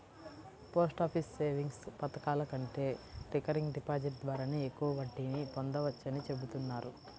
post office savings పథకాల కంటే recurring deposit ద్వారానే ఎక్కువ వడ్డీ పొందవచ్చని చెబుతున్నారు